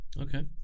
Okay